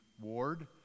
Ward